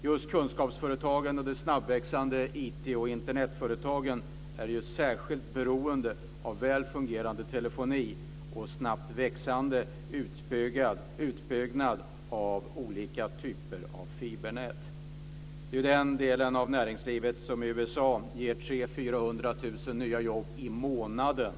Just kunskapsföretagen och de snabbväxande IT och Internetföretagen är särskilt beroende av väl fungerande telefoni och snabb utbyggnad av olika typer av fibernät. Det är den delen av näringslivet som i USA ger 300 000-400 000 nya jobb i månaden.